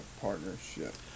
partnership